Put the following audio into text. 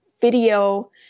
video